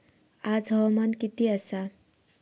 आज हवामान किती आसा?